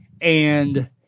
and-